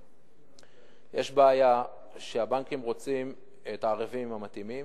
יש בעיה שהבנקים רוצים את הערבים המתאימים,